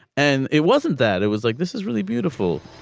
and it wasn't that it was like this is really beautiful.